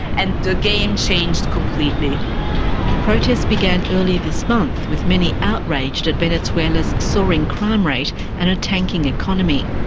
and the game changed completely. the protests began earlier this month, with many outraged at venezuela's soaring crime rate and a tanking economy.